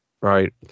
Right